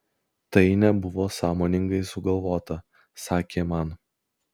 tai nebuvo sąmoningai sugalvota sakė man